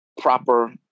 proper